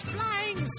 Flying